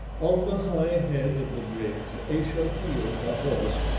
on the high head of the bridge ayesha wheeled her horse,